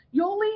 Yoli